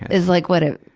is like what it,